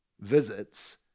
visits